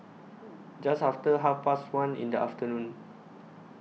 Just after Half Past one in The afternoon